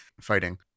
fighting